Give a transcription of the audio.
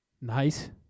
Nice